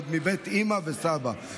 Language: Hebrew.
עוד מבית אימא וסבא,